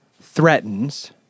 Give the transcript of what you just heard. threatens